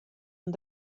men